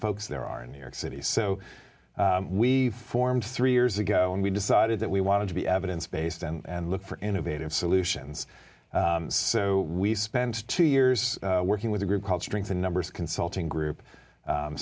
folks there are in new york city so we formed three years ago when we decided that we wanted to be evidence based and look for innovative solutions so we spent two years working with a group called strength in numbers consulting group